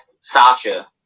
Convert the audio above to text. Sasha